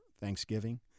Thanksgiving